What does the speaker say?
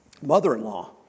mother-in-law